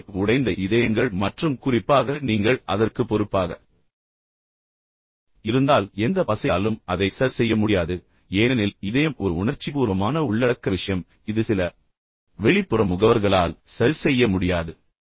எனவே உடைந்த இதயங்கள் மற்றும் குறிப்பாக நீங்கள் அதற்கு பொறுப்பாக இருந்தால் எந்த பசையாலும் அதை சரிசெய்ய முடியாது ஏனெனில் இதயம் ஒரு உணர்ச்சிபூர்வமான உள்ளடக்க விஷயம் இது சில வெளிப்புற முகவர்களால் சரிசெய்ய முடியாது